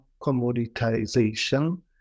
commoditization